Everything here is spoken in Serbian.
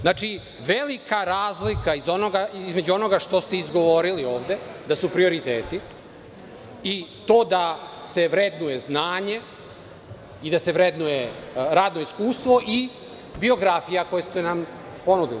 Znači, velika razlika je između onoga što ste izgovorili ovde da su prioriteti i to da se vrednuje znanje i da se vrednuje radno iskustvo i biografija koje ste nam ponudili.